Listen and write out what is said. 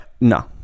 No